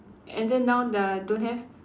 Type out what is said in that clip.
and then now uh don't have